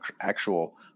actual